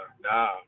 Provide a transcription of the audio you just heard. Nah